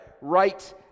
right